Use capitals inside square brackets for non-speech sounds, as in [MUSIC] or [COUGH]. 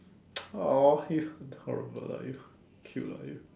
[NOISE] !aww! you horrible lah you cute lah you